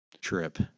trip